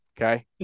okay